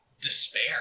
despair